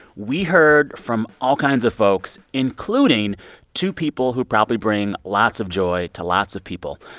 we heard from all kinds of folks, including two people who probably bring lots of joy to lots of people,